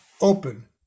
open